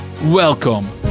welcome